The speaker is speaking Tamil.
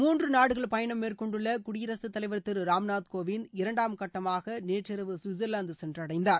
மூன்று நாடுகள் பயணம் மேற்கொண்டுள்ள குடியரசுத் தலைவர் திரு ராம்நாத் கோவிந்த் இரண்டாம் கட்டமாக நேற்று இரவு சுவிட்சர்லாந்து சென்றடைந்தார்